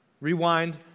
Rewind